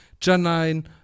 Janine